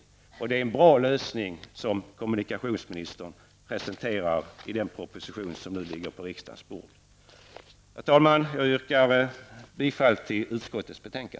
Och det är en bra lösning som kommunikationsministern presenterar i den proposition som nu ligger på riksdagens bord. Herr talman! Jag yrkar bifall till utskottets hemställan.